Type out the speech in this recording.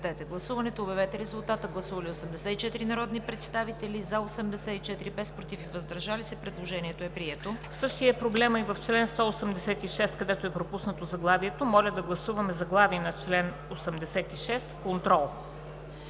Същият е проблемът и в чл. 186, където е пропуснато заглавието. Моля да гласуваме заглавие на чл. 186 – „Контрол“.